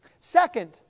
Second